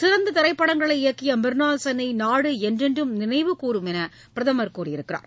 சிறந்த திரைப்படங்களை இயக்கிய மிர்னால் சென்னை நாடு என்றென்றும் நினைவு கூரும் என்று பிரதமர் கூறியுள்ளார்